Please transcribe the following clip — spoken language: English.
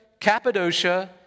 Cappadocia